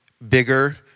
bigger